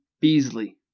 Beasley